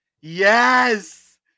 Yes